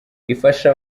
ifasha